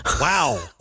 Wow